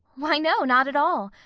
why, no not at all.